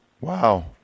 Wow